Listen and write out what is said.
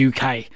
UK